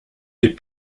est